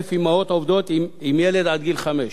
כ-100,000 אמהות עובדות עם ילד עד גיל חמש.